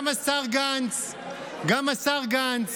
הוא לא יודע.